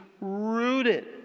rooted